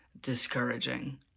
discouraging